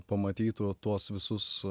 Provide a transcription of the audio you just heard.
pamatytų tuos visus